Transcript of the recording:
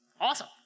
awesome